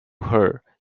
her